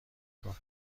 کار